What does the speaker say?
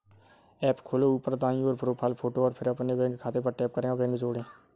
app खोलो, ऊपर दाईं ओर, प्रोफ़ाइल फ़ोटो और फिर अपने बैंक खाते पर टैप करें और बैंक जोड़ें